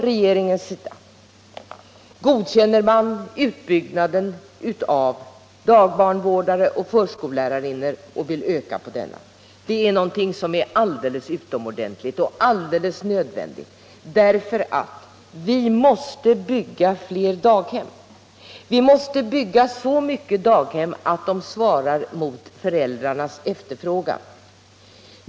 Regeringen är för en ökad utbildning av dagbarnvårdare och förskollärarinnor, och det är något som är alldeles utomordentligt och nödvändigt. Vi måste bygga fler daghem, så många att platserna svarar mot föräldrarnas efterfrågan.